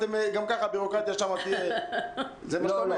גם ככה הבירוקרטיה שם תהיה זה מה שאתה אומר.